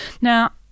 Now